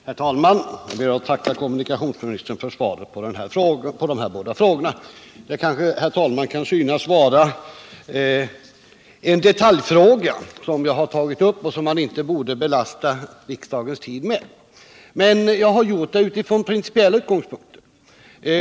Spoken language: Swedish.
Herr talman! Jag ber att få tacka kommunikationsministern för svaret på min fråga. Det kan kanske, herr talman, synas som om jag hade tagit upp en detaljfråga som man inte borde belasta riksdagen med. Jag har emellertid ställt den här frågan från principiella utgångspunkter.